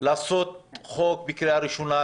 לעשות חוק בקריאה ראשונה,